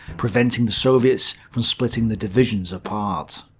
preventing the soviets from splitting the divisions apart.